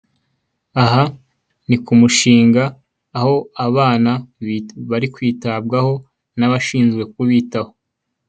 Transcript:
Aha ni ku mushinga, aho abana bari kwitabwaho n'abashinzwe kubitaho.